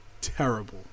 terrible